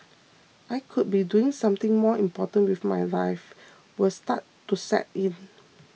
I could be doing something more important with my wife will start to set in